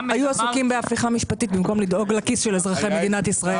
היו עסוקים בהפיכה משפטית במקום לדאוג לכיס של אזרחי מדינת ישראל.